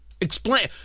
Explain